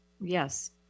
Yes